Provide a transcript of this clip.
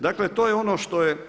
Dakle, to je ono što je.